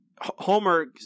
Homer